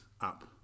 up